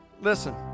Listen